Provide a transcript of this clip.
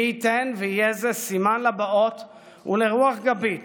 מי ייתן ויהיה זה סימן לבאות ולרוח גבית